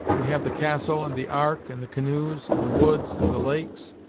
we have the castle and the ark, and the canoes, and the woods, and the lakes,